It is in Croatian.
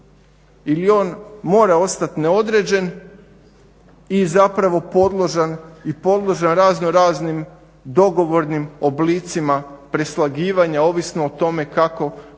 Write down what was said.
ili on mora ostati neodređen i podložan raznoraznim dogovornim oblicima preslagivanja ovisno o tome kako